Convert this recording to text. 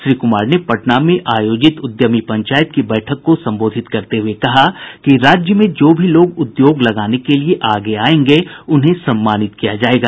श्री कुमार ने पटना में आयोजित उद्यमी पंचायत की बैठक को संबोधित करते हुये कहा कि राज्य में जो भी लोग उद्योग लगाने के लिए आगे आयेंगे उन्हें सम्मानित किया जायेगा